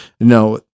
No